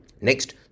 Next